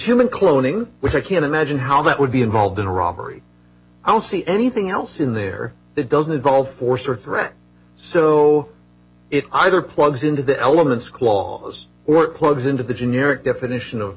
human cloning which i can't imagine how that would be involved in a robbery i don't see anything else in there that doesn't involve force or threat so it either plugs into the elements clause or it plugs into the generic